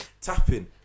Tapping